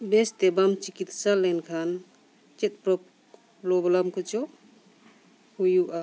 ᱵᱮᱥ ᱛᱮ ᱵᱟᱢ ᱪᱤᱠᱤᱛᱥᱟ ᱞᱮᱱᱠᱷᱟᱱ ᱪᱮᱫ ᱯᱚᱨᱚᱠ ᱯᱨᱳᱵᱞᱮᱢ ᱠᱚᱪᱚ ᱦᱩᱭᱩᱜᱼᱟ